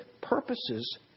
purposes